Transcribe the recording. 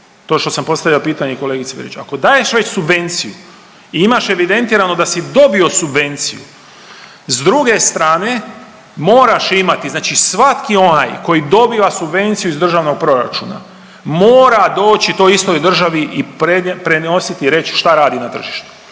to što sam postavio pitanje i kolegici .../Govornik se ne razumije./..., ako daješ već subvenciju i imaš evidentirano da si dobio subvenciju, s druge strane moraš imati, znači svaki onaj tko dobiva subvenciju iz državnog proračuna mora doći toj istoj državi i prenositi i reći što radi na tržištu.